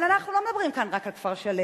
אבל אנחנו לא מדברים כאן רק על כפר-שלם,